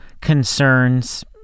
concerns